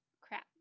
crap